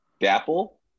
dapple